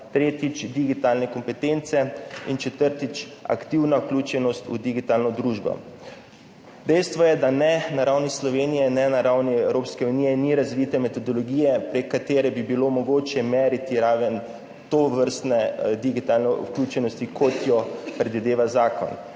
tretjič, digitalne kompetence, in četrtič, aktivna vključenost v digitalno družbo. Dejstvo je, da ne na ravni Slovenije ne na ravni Evropske unije ni razvite metodologije, preko katere bi bilo mogoče meriti raven tovrstne digitalne vključenosti, kot jo predvideva zakon.